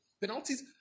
penalties